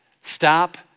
Stop